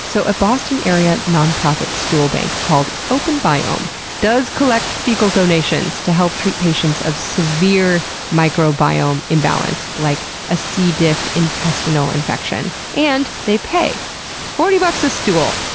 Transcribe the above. so, a boston-area non-profit stool bank called openbiome does collect fecal donations to help treat patients of severe microbiome imbalance. like a c. diff intestinal infection, and they pay forty bucks a stool,